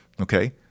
okay